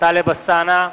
טלב אלסאנע,